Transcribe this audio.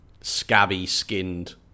scabby-skinned